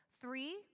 three